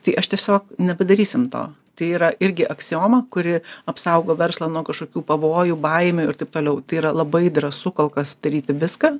tai aš tiesiog nepadarysim to tai yra irgi aksioma kuri apsaugo verslą nuo kažkokių pavojų baimių ir taip toliau tai yra labai drąsu kol kas daryti viską